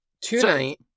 Tonight